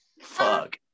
Fuck